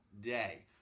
day